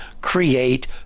create